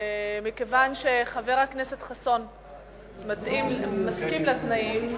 מכיוון שחבר הכנסת חסון מסכים לכללים,